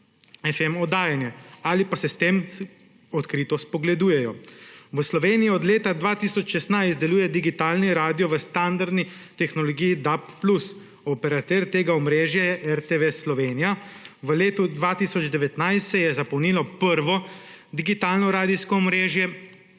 FM oddajanje ali pa se s tem odkrito spogledujejo. V Sloveniji od leta 2016 deluje digitalni radio v standardni tehnologiji DAB+, operater tega omrežja je RTV Slovenija. V letu 2019 se je zapolnilo prvo digitalno radijsko omrežje